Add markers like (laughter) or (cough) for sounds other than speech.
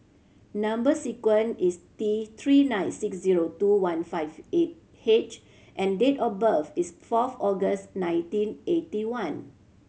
number sequence is T Three nine six zero two one five (unintelligible) H and date of birth is fourth August nineteen eighty one